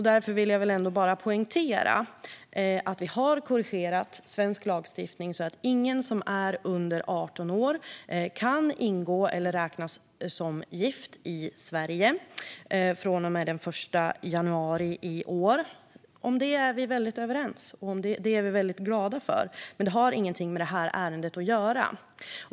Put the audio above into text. Därför vill jag poängtera att vi har korrigerat svensk lagstiftning, så att ingen som är under 18 år kan ingå äktenskap eller räknas som gift i Sverige från och med den 1 januari i år. Om det är vi väldigt överens, och det är vi väldigt glada för. Men det har ingenting med det här ärendet att göra.